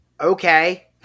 Okay